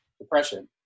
Depression